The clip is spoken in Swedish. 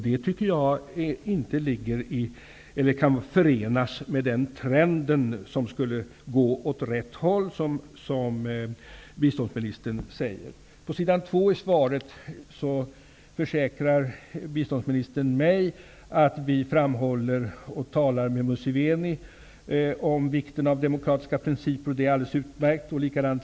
Det tycker jag inte kan förenas med den trend som skulle gå åt rätt håll, som biståndsministern säger. På s. 2 i svaret försäkrar biståndsministern mig att vi i samtal med Museveni framhåller vikten av demokratiska principer. Det är alldeles utmärkt.